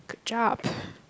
good job